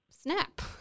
snap